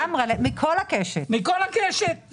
מכל הקשת.